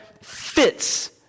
fits